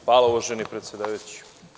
Hvala, uvaženi predsedavajući.